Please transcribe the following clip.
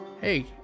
Hey